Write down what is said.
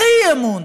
הכי אי-אמון.